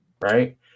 right